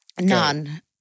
none